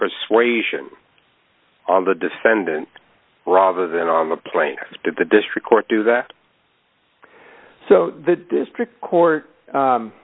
persuasion on the defendant rather than on the plane to the district court to that so the district court